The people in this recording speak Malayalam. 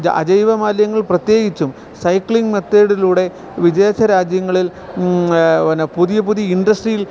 അജൈവ മാലിന്യങ്ങൾ പ്രത്യേകിച്ചും സൈക്ലിങ്ങ് മെത്തേഡിലൂടെ വിദേശരാജ്യങ്ങളിൽ പിന്നെ പുതിയ പുതിയ ഇൻഡസ്ട്രിയിൽ